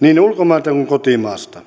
niin ulkomailta kuin kotimaasta